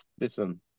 Listen